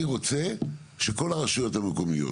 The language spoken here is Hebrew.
אני רוצה שכל הרשויות המקומיות,